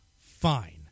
fine